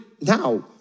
now